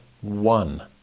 one